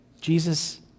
Jesus